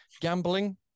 gambling